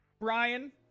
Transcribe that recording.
Brian